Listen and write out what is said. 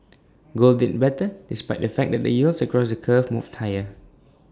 gold did better despite the fact that the yields across the curve moved higher